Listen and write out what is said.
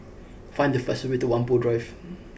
find the fastest way to Whampoa Drive